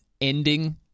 ending